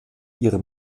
ihre